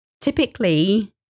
Typically